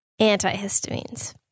Antihistamines